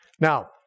Now